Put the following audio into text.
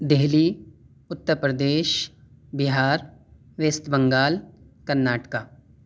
Delhi Uttar Pradesh Bihar west Bengal Karnataka